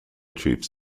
troops